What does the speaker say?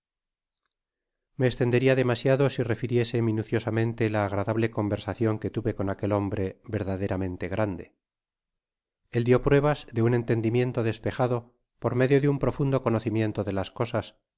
me entenderia demasiado si refiriese mmucaosameate la agradable conversacion que tuve con aquel hombre verdaderamente grande él dio pruebas de un entendimiento despejado por medio de un profundo conocimiento de tas cosas